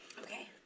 Okay